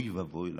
אוי ואבוי לנו.